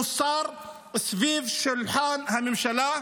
הוא שר סביב שולחן הממשלה.